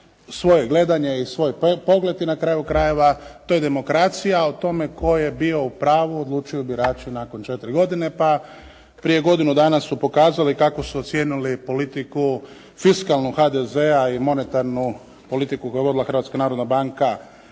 svoje gledanje i svoj pogled i na kraju krajeva to je demokracija. O tome tko je bio u pravu odlučuju birači nakon 4 godine pa prije godinu dana su pokazali kako su ocijenili politiku fiskalnu HDZ-a i monetarnu politiku koju je vodila Hrvatska narodna banka